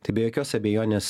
tai be jokios abejonės